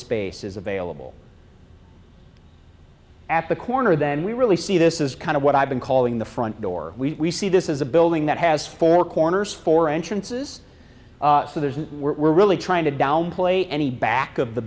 space is available at the corner then we really see this is kind of what i've been calling the front door we see this is a building that has four corners four entrances so there's a we're really trying to downplay any back of the